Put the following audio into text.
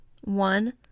one